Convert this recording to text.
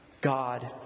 God